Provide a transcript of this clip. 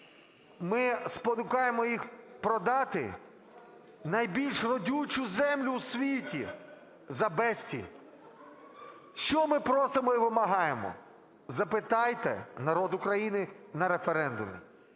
ми спонукаємо їх продати найбільш родючу землю в світі за безцінь. Що ми просимо і вимагаємо? Запитайте народ України на референдумі.